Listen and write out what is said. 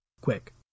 quick